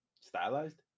stylized